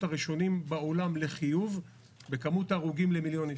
הראשונים בעולם לחיוב במספר ההרוגים למיליון איש.